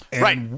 Right